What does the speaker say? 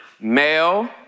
male